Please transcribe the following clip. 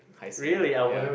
Hai-Sing ya